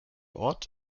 ort